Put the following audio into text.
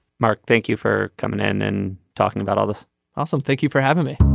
mark thank you for coming in and talking about all this awesome thank you for having me